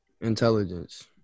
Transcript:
Intelligence